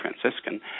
Franciscan